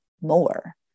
more